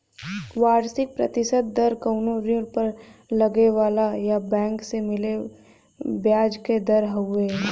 वार्षिक प्रतिशत दर कउनो ऋण पर लगे वाला या बैंक से मिले ब्याज क दर हउवे